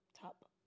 top